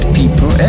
people